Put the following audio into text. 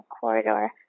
corridor